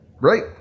Right